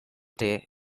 day